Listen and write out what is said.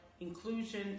inclusion